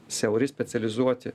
siauri specializuoti